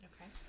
Okay